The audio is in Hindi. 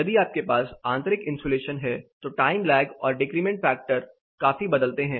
यदि आपके पास आंतरिक इन्सुलेशन है तो टाइम लैग और डिक्रिमेंट फैक्टर काफी बदलते है